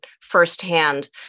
firsthand